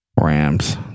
Rams